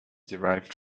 derived